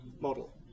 model